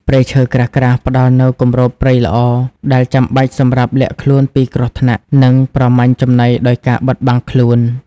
ព្រៃឈើក្រាស់ៗ ផ្តល់នូវ គម្របព្រៃល្អ ដែលចាំបាច់សម្រាប់លាក់ខ្លួនពីគ្រោះថ្នាក់ និងប្រមាញ់ចំណីដោយការបិទបាំងខ្លួន។